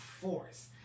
force